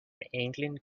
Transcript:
england